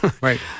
Right